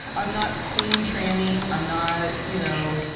i'm not queen tranny. i'm not, you know,